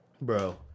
Bro